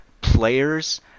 players